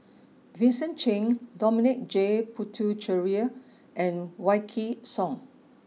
Vincent Cheng Dominic J Puthucheary and Wykidd Song